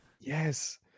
Yes